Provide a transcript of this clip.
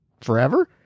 forever